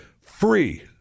free